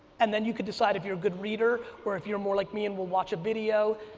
and then you can decide if you're a good reader, or if you're more like me and will watch a video,